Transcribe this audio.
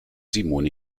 simone